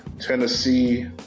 Tennessee